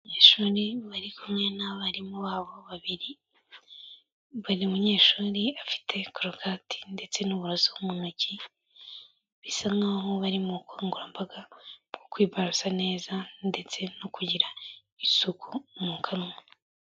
Abanyeshuri bari kumwe n'abarimu babo babiri, buri munyeshuri afite korogati ndetse n'uburoso mu ntoki, bisa nk'aho bari mu bukangurambaga bwo kwiborosa neza ndetse no kugira isuku mu kanwa.